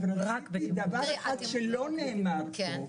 דבר אחד שלא נאמר פה,